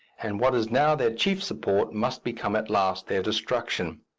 and what is now their chief support must become at last their destruction.